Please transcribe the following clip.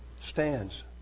stands